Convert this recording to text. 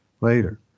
later